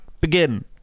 begin